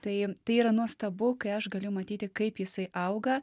tai tai yra nuostabu kai aš galiu matyti kaip jisai auga